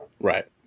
right